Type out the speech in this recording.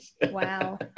Wow